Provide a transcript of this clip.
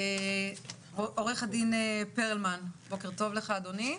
עורך הדין פרלמן, בוקר טוב, אדוני.